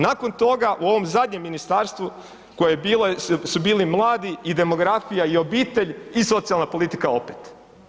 Nakon toga u ovom zadnjem ministarstvu koje je bilo su bili mladi i demografija i obitelj i socijalna politika opet.